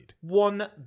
One